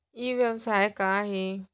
ई व्यवसाय का हे?